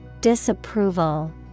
Disapproval